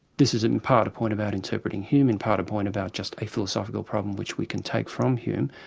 this is in part a point about interpreting hume and in part a point about just a philosophical problem which we can take from hume,